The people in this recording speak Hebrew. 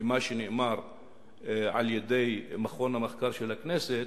למה שנאמר על-ידי מרכז המחקר של הכנסת,